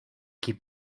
keep